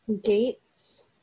gates